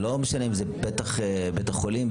זה לא משנה אם זה בפתח בית החולים,